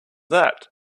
that